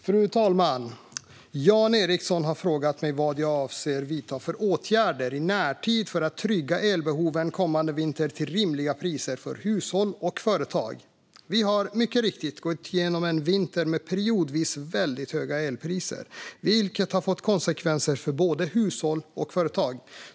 Fru talman! Jan Ericson har frågat mig vilka åtgärder jag avser att vidta i närtid för att möta elbehoven kommande vinter till rimliga priser för hushåll och företag. Vi har mycket riktigt gått igenom en vinter med periodvis väldigt höga elpriser, vilket har fått konsekvenser för både hushåll och företag.